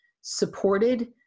supported